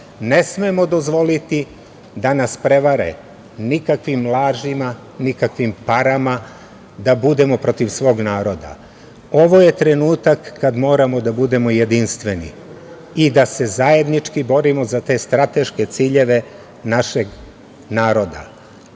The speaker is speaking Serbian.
Ne smemo dozvoliti da nas prevare nikakvim lažima, nikakvim parama, da budemo protiv svog naroda. Ovo je trenutak kad moramo da budemo jedinstveni i da se zajednički borimo za te strateške ciljeve našeg naroda. Srbija